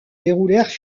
déroulèrent